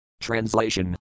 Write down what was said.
Translation